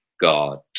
God